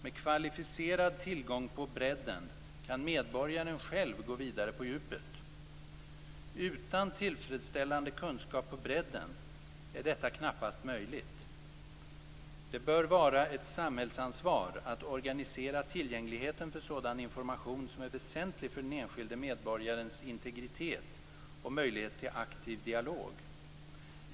Med kvalificerad tillgång på bredden kan medborgaren själv gå vidare på djupet. Utan tillfredsställande kunskap på bredden är detta knappast möjligt. Det bör vara ett samhällsansvar att organisera tillgängligheten för sådan information som är väsentlig för den enskilde medborgarens integritet och möjlighet till aktiv dialog.